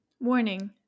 Warning